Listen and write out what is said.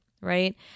right